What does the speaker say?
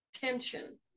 tension